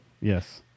yes